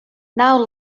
now